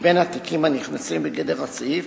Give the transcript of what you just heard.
בין התיקים הנכנסים בגדר הסעיף,